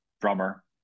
drummer